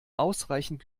ausreichend